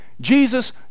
Jesus